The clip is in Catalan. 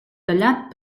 tallat